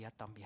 también